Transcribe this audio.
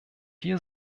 hier